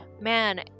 man